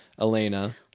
Elena